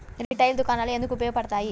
Retail దుకాణాలు ఎందుకు ఉపయోగ పడతాయి?